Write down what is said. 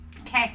Okay